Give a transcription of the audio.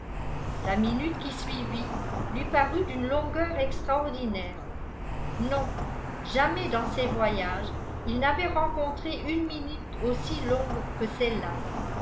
la minute qui suivit lui parut d'une longueur extraordinaire non jamais dans ses voyages il n'avait rencontré une minute aussi longue que celle-là